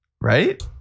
Right